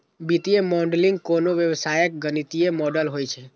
वित्तीय मॉडलिंग कोनो व्यवसायक गणितीय मॉडल होइ छै